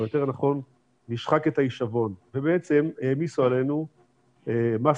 או יותר נכון נשחק את ההישבון ובעצם העמיסו עלינו מס